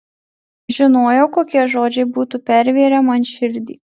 žinojau kokie žodžiai būtų pervėrę man širdį